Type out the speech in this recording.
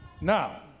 Now